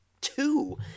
two